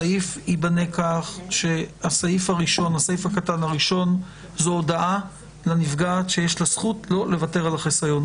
ייבנה כך שיש לה זכות לא לוותר על החיסיון.